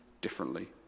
differently